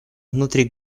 внутри